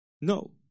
No